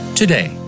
today